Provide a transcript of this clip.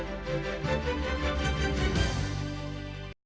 Дякую.